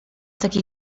takie